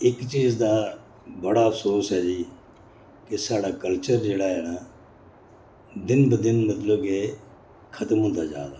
एक्क चीज दा बड़ा अफसोस ऐ जी के स्हाड़ा कल्चर जेह्ड़ा ऐ ना दिन ब दिन मतलब के खतम होंदा जा दा